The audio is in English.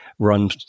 run